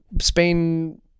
Spain